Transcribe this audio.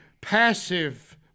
passive